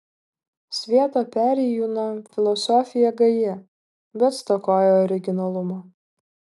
svieto perėjūno filosofija gaji bet stokoja originalumo